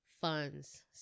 funds